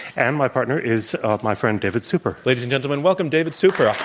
and my partner is my friend, david super. ladies and gentlemen, welcome david super.